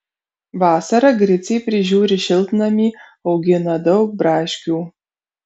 vasarą griciai prižiūri šiltnamį augina daug braškių